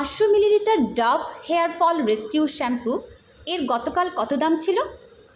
পাঁচশো millilitre Dove hair fall rescue shampoo এর গতকাল কত দাম ছিলো